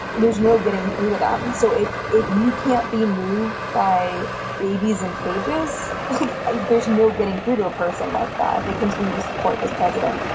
there's no getting through to them. so if if you can't be moved, by babies and cages, like there's no getting through to a person like that. they continue to support this president.